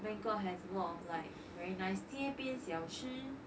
bangkok has a lot of like very nice 街边小吃